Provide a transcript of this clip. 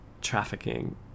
trafficking